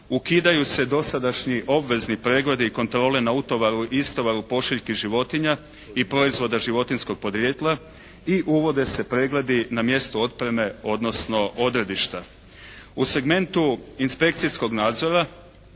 i uvode se pregledi na mjestu otpreme, odnosno odredišta.